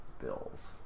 bills